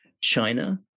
China